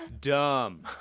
Dumb